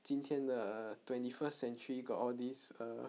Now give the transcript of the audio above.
今天的 twenty first century got all these err